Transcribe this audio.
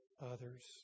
others